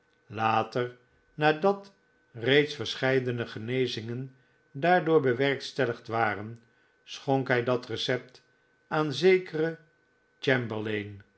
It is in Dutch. later nadat reeds verscheidene genezingen daardoor bewerkstelligd waren schonk hij dat recept aan zekeren